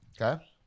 Okay